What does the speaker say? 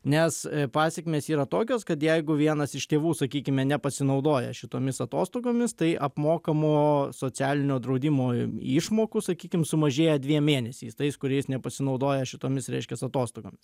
nes pasekmės yra tokios kad jeigu vienas iš tėvų sakykime nepasinaudoja šitomis atostogomis tai apmokamo socialinio draudimo išmokų sakykim sumažėja dviem mėnesiais tais kuriais nepasinaudoja šitomis reiškias atostogomis